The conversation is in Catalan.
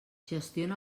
gestiona